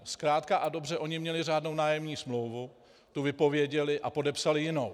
Zkrátka a dobře, oni měli řádnou nájemní smlouvu, tu vypověděli a podepsali jinou.